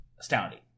astounding